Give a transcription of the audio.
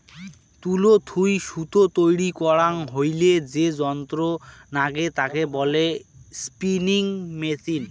তুলো থুই সুতো তৈরী করাং হইলে যে যন্ত্র নাগে তাকে বলে স্পিনিং মেচিন